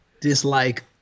dislike